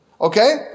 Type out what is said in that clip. Okay